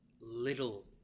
little